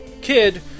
kid